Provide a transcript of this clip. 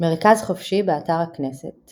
מרכז חופשי, באתר הכנסת